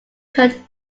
contains